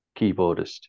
keyboardist